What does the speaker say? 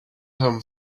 him